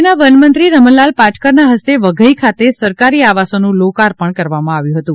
રાજ્યના વનમંત્રી રમણલાલ પાટકરના હસ્તે વઘઈ ખાતે સરકારી આવાસોનું લોકાર્પણ કરવામાં આવ્યું હતું